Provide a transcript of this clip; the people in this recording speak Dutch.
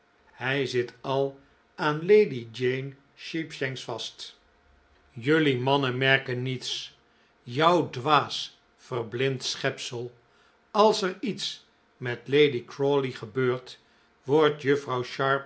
hij zit al aan lady jane sheepshanks vast jelui mannen merken niets ou dwaas verblind schepsel als er iets met lady crawley gebeurt wordt